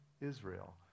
Israel